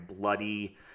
bloody